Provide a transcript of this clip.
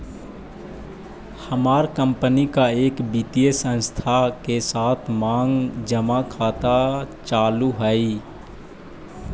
हमार कंपनी का एक वित्तीय संस्थान के साथ मांग जमा खाता चालू हई